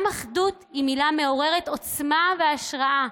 גם "אחדות" היא מילה מעוררת עוצמה והשראה.